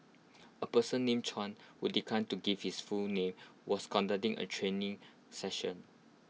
A person named Chuan who declined to give his full name was conducting A training session